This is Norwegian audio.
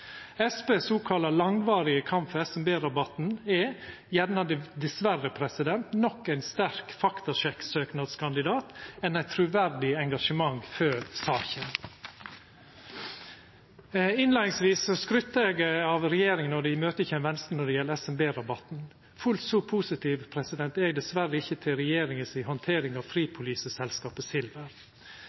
sokalla langvarige kamp for SMB-rabatten er dessverre nok ein sterk faktasjekksøknadskandidat – meir enn eit truverdig engasjement for saka. Innleiingsvis skrytte eg av regjeringa når dei imøtekjem Venstre når det gjeld SMB-rabatten. Fullt så positiv er eg dessverre ikkje til regjeringa si handtering av fripoliseselskapet Silver.